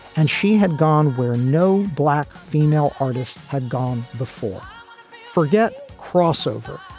and she had gone where no black female artist had gone before forget crossover.